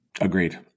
Agreed